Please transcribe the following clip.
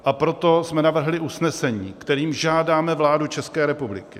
A proto jsme navrhli usnesení, kterým žádáme vládu České republiky